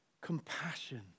compassion